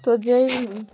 তো যেই